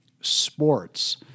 sports